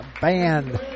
Band